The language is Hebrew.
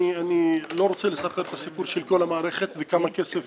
אני לא רוצה לספר את הסיפור של כל המערכת וכמה כסף